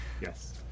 Yes